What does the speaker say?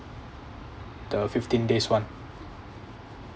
the fifteen days one